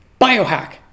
biohack